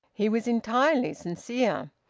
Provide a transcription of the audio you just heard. he was entirely sincere.